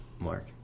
Mark